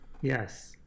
yes